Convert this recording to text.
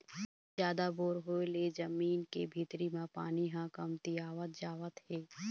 जादा बोर होय ले जमीन के भीतरी म पानी ह कमतियावत जावत हे